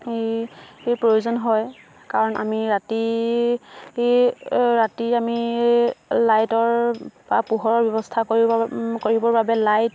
এই প্ৰয়োজন হয় কাৰণ আমি ৰাতি ৰাতি আমি লাইটৰ বা পোহৰৰ ব্যৱস্থা কৰিব কৰিবৰ বাবে লাইট